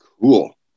Cool